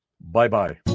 bye-bye